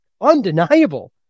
undeniable